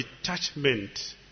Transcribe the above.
detachment